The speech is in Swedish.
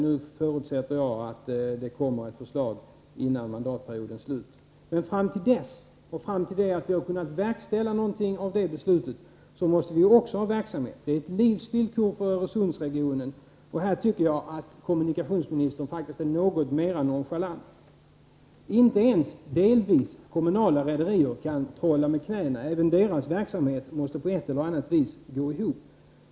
Nu förutsätter jag att det kommer ett förslag före mandatperiodens slut. Men fram till dess, tills vi har kunnat verkställa någonting av beslutets innehåll, måste vi också räkna med en verksamhet. Det är ett livsvillkor för Öresundsregionen, och här tycker jag att kommunikationsministern faktiskt är något mera nonchalant. Inte ens delvis kommunala rederier kan trolla med knäna. Även deras verksamhet måste på ett eller annat sätt gå ihop.